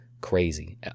Crazy